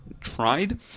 tried